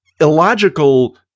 illogical